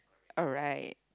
oh right